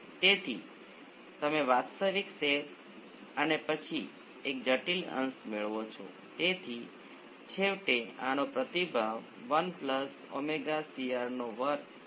તેથી આખરે મારી પાસે ફક્ત R xl અને C 1 C2 સમાંતરમાં છે અને આ એક સમાંતર RLC સર્કિટ છે